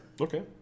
Okay